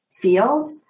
field